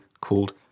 called